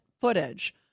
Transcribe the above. footage